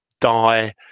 die